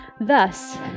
Thus